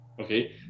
Okay